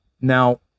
Now